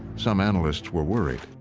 some analysts were worried,